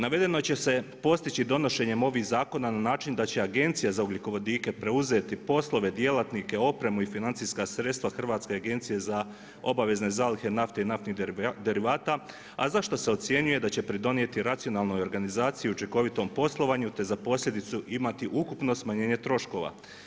Navedeno će se postići donošenje ovih zakona na način da će Agencija za ugljikovodike preuzeti poslove, djelatnike, opremu i financijska sredstva Hrvatske agencije za obavezne zalihe nafte i naftnih derivata, a za što se ocjenjuje da će pridonijeti racionalnoj organizaciji, učinkovitom poslovanju, te za posljedicu imati ukupno smanjenje troškovi.